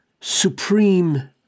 supreme